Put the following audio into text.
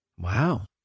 Wow